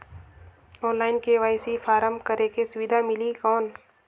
Online KYC form करेके सुविधा मिली कौन?